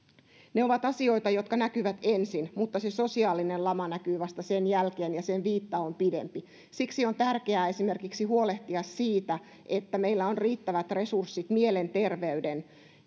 ovat asioita jotka näkyvät ensin mutta se sosiaalinen lama näkyy vasta sen jälkeen ja sen viitta on pidempi siksi on tärkeää huolehtia esimerkiksi siitä että meillä on riittävät resurssit mielenterveyden